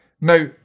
Now